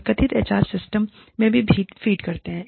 वे कथित HR system में भी फीड करते हैं